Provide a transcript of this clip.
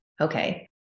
Okay